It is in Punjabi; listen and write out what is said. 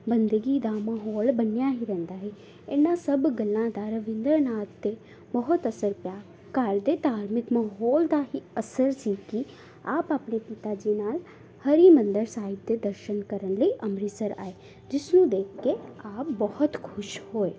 ਬੰਦਗੀ ਦਾ ਮਾਹੌਲ ਬਣਿਆ ਹੀ ਰਹਿੰਦਾ ਸੀ ਇਹਨਾਂ ਸਭ ਗੱਲਾਂ ਦਾ ਰਵਿੰਦਰ ਨਾਥ 'ਤੇ ਬਹੁਤ ਅਸਰ ਪਿਆ ਘਰ ਦੇ ਧਾਰਮਿਕ ਮਾਹੌਲ ਦਾ ਹੀ ਅਸਰ ਸੀ ਕਿ ਆਪ ਆਪਣੇ ਪਿਤਾ ਜੀ ਨਾਲ ਹਰਿਮੰਦਰ ਸਾਹਿਬ ਦੇ ਦਰਸ਼ਨ ਕਰਨ ਲਈ ਅੰਮ੍ਰਿਤਸਰ ਆਏ ਜਿਸ ਨੂੰ ਦੇਖ ਕੇ ਆਪ ਬਹੁਤ ਖੁਸ਼ ਹੋਏ